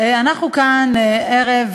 האמת